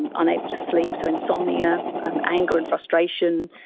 and unable to sleep, so insomnia, and anger and frustration,